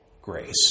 grace